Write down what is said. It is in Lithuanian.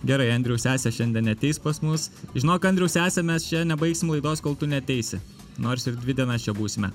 gerai andriaus sesė šiandien neateis pas mus žinok andriaus sese mes čia nebaigsim laidos kol tu neateisi nors ir dvi dienas čia būsime